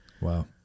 Wow